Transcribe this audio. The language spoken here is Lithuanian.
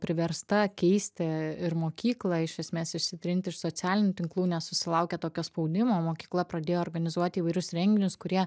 priversta keisti ir mokyklą iš esmės išsitrinti iš socialinių tinklų nes susilaukė tokio spaudimo mokykla pradėjo organizuoti įvairius renginius kurie